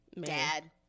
dad